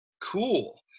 Cool